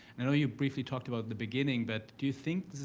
i know you briefly talked about the beginning, but do you think this is